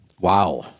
Wow